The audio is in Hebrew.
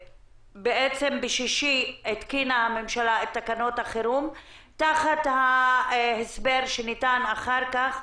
ב-6 בחודש התקינה הממשלה את תקנות החירום תחת ההסבר שניתן אחר כך,